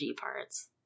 parts